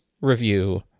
review